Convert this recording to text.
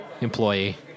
employee